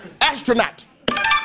Astronaut